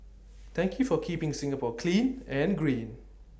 thank you for keeping Singapore clean and green